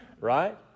right